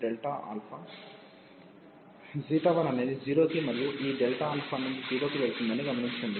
1 అనేది 0 కి మరియు ఈ అనేది 0 కి వెళుతుందని గమనించండి